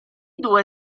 due